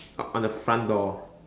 on on the front door